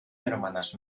hermanas